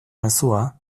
mezua